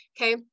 okay